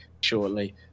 shortly